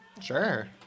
Sure